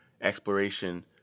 exploration